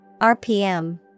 RPM